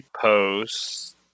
posts